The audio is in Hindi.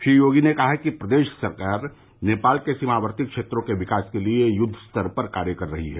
श्री योगी ने कहा कि प्रदेश सरकार नेपाल के सीमावर्ती क्षेत्रों के विकास के लिए युद्धस्तर पर कार्य करा रही है